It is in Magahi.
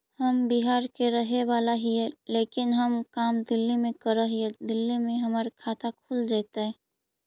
हम बिहार के रहेवाला हिय लेकिन हम काम दिल्ली में कर हिय, दिल्ली में हमर खाता खुल जैतै?